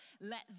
let